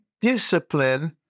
discipline